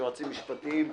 יועצים משפטיים,